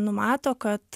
numato kad